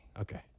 Okay